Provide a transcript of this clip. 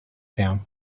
down